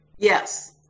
Yes